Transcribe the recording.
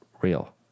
real